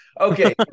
Okay